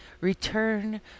return